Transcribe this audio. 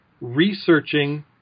researching